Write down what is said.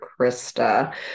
Krista